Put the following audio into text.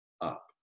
up